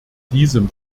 diesem